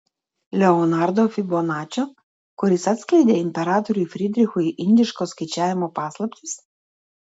leonardo fibonačio kuris atskleidė imperatoriui frydrichui indiško skaičiavimo paslaptis